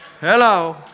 Hello